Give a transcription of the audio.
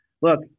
Look